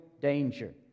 danger